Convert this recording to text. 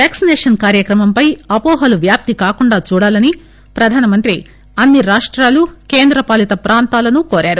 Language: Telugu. వ్యాక్పినేషన్ కార్యక్రమం పై అపోహలు వ్యాప్తి కాకుండా చూడాలని ప్రధానమంత్రి అన్ని రాష్టాలు కేంద్రపాలీత ప్రాంతాలను కోరారు